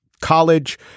college